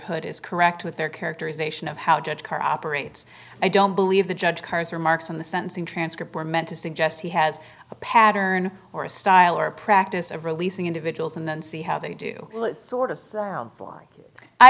hood is correct with their characterization of how judge carr operates i don't believe the judge cars or marks on the sentencing transcript were meant to suggest he has a pattern or a style or practice of releasing individuals and then see how they do it sort of